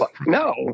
no